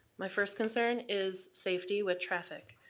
my first concern is safety with traffic,